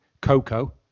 Coco